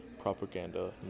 propaganda